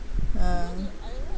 uh